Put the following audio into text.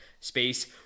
space